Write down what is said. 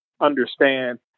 understand